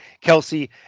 Kelsey